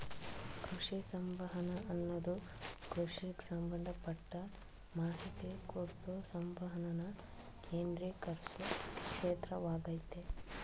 ಕೃಷಿ ಸಂವಹನ ಅನ್ನದು ಕೃಷಿಗ್ ಸಂಬಂಧಪಟ್ಟ ಮಾಹಿತಿ ಕುರ್ತು ಸಂವಹನನ ಕೇಂದ್ರೀಕರ್ಸೊ ಕ್ಷೇತ್ರವಾಗಯ್ತೆ